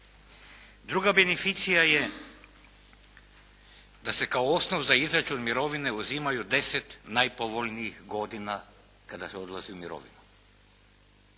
Druga beneficija je da se kao osnov za izračun mirovine uzimaju deset najpovoljnijih godina kada se odlazi u mirovinu.